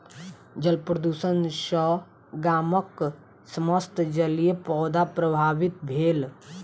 जल प्रदुषण सॅ गामक समस्त जलीय पौधा प्रभावित भेल